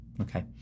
Okay